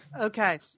okay